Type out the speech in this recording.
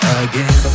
again